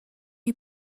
you